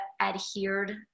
adhered